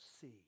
see